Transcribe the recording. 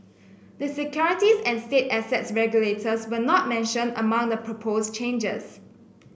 the securities and state assets regulators were not mentioned among the proposed changes